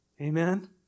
Amen